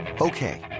Okay